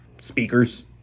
speakers